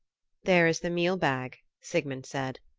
there is the mealbag, sigmund said.